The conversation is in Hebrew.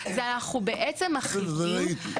אנחנו בעצם מחליטים